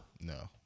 No